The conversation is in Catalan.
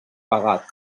pagat